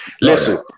Listen